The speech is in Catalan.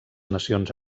nacions